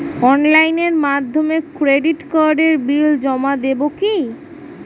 অনলাইনের মাধ্যমে ক্রেডিট কার্ডের বিল জমা দেবো কি?